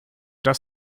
das